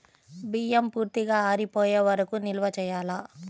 బియ్యం పూర్తిగా ఆరిపోయే వరకు నిల్వ చేయాలా?